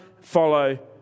follow